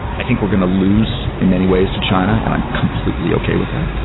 i think we're going to lose in many ways to china and i'm completely okay with that.